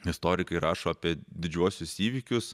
istorikai rašo apie didžiuosius įvykius